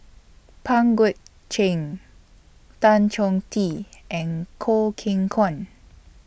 Pang Guek Cheng Tan Chong Tee and Choo Keng Kwang